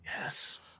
Yes